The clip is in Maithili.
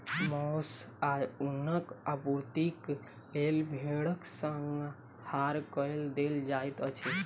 मौस आ ऊनक आपूर्तिक लेल भेड़क संहार कय देल जाइत अछि